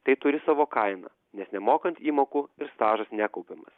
tai turi savo kainą nes nemokant įmokų ir stažas nekaupiamas